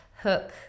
hook